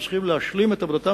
הם צריכים להשלים את עבודתם.